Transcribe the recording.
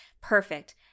perfect